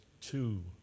two